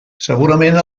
segurament